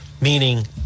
Meaning